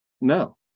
no